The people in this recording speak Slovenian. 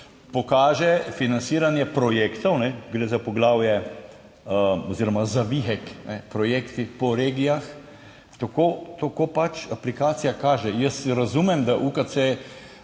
pokaže financiranje projektov, gre za poglavje oziroma zavihek projekti po regijah. Tako, tako pač aplikacija kaže. Jaz razumem, da UKC